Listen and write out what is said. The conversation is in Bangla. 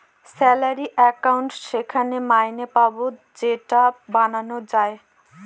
স্যালারি একাউন্ট যেখানে মাইনে পাবো সেটা বানানো যায়